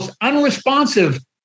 unresponsive